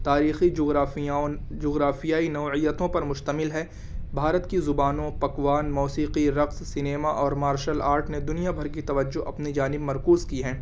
تاریخی جغرافیہ جغرافیائی نوعیتوں پر مشتمل ہے بھارت کی زبانوں پكوان موسیقی رقص سنیما اور مارشل آرٹ نے دنیا بھر کی توجہ اپنی جانب مرکوز کی ہے